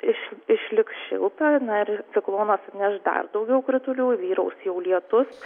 iš išliks šilta ir ciklonas atneš dar daugiau kritulių vyraus jau lietus